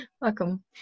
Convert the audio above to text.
Welcome